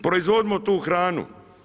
Proizvodimo tu hranu.